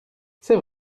c’est